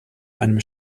einem